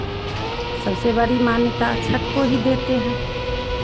सबसे बड़ी मान्यता छठ को ही देते हैं